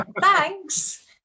thanks